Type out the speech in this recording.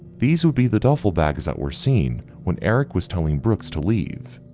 these would be the duffel bags that were seen when eric was telling brooks to leave.